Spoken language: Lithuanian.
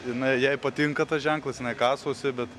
jinai jai patinka tas ženklas jinai kasosi bet